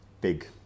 big